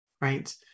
right